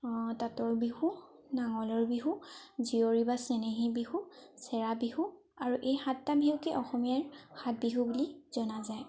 তাঁতৰ বিহু নাঙলৰ বিহু জীয়ৰী বা চেনেহী বিহু চেৰা বিহু আৰু এই সাতটা বিহুকেই অসমীয়াৰ সাত বিহু বুলি জনা যায়